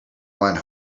one